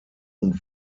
und